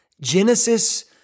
Genesis